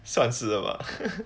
算是吧